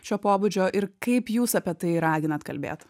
šio pobūdžio ir kaip jūs apie tai raginat kalbėt